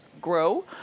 grow